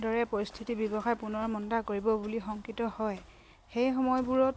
দৰে পৰিস্থিতি ব্যৱসায় পুনৰমণ্ডা কৰিব বুলি সংকৃত হয় সেই সময়বোৰত